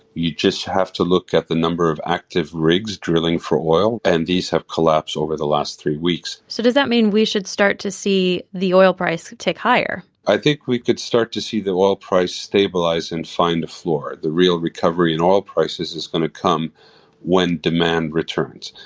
you just have to look at the number of active rigs drilling for oil and these have collapsed over the last three weeks so does that mean we should start to see the oil price tick higher? i think we could start to see the oil price stabilize and find the floor. the real recovery in oil prices is going to come when demand returns.